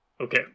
Okay